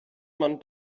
man